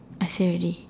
I say already